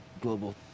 global